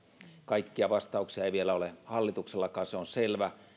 kaikkia vastauksia ei vielä ole hallituksellakaan se on selvä